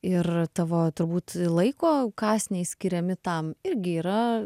ir tavo turbūt laiko kąsniai skiriami tam irgi yra